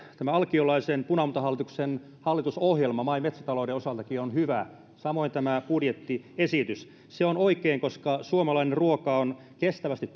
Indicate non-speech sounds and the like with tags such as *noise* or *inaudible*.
tämä alkiolaisen punamultahallituksen hallitusohjelma maa ja metsätaloudenkin osalta on hyvä samoin tämä budjettiesitys se on oikein koska suomalainen ruoka on kestävästi *unintelligible*